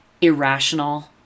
irrational